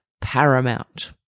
paramount